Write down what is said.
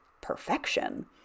perfection